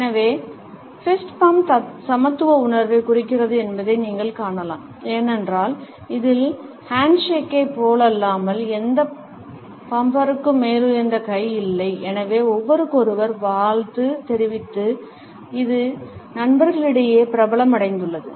எனவே fist bump சமத்துவ உணர்வைக் குறிக்கிறது என்பதை நீங்கள் காணலாம் ஏனென்றால் இதில் ஹேண்ட்ஷேக்கைப் போலல்லாமல் எந்த பம்பருக்கும் மேலுயர்ந்த கை இல்லை எனவே ஒருவருக்கொருவர் வாழ்த்து தெரிவிக்க இது நண்பர்களிடையே பிரபலமடைந்துள்ளது